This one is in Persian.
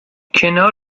کنار